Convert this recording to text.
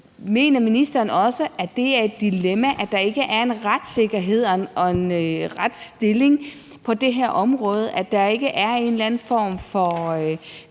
Mener ministeren også, at det er et dilemma, at der ikke er en retssikkerhed og en retsstilling på det her område – at der ikke er en eller anden form for